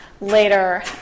later